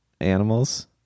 animals